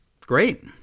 Great